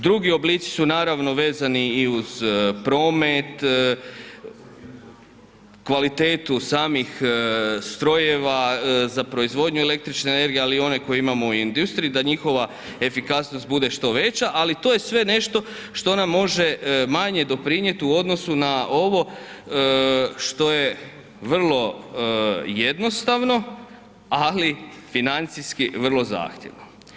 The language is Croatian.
Drugi oblici su naravno vezani i uz promet, kvalitetu samih strojeva za proizvodnju električne energije, ali i one koje imamo u industriji da njihova efikasnost bude što veća, ali to je sve nešto što nam može manje doprinjet u odnosu na ovo što je vrlo jednostavno, ali financijski vrlo zahtjevno.